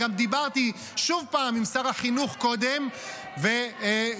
וגם דיברתי שוב עם שר החינוך קודם -- חודשיים?